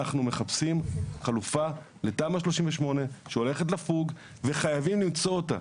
אנחנו מחפשים חלופה לתמ"א 38 שהולכת לפוג וחייבים למצוא אותה.